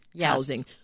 housing